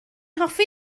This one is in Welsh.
hoffi